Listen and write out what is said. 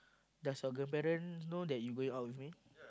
does your girl parents know that you going out with me